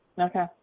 Okay